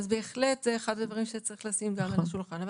אז בהחלט זה אחד הדברים שצריך גם לשים על השולחן.